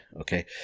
okay